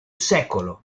secolo